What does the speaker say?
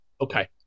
Okay